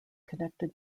connected